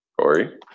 Corey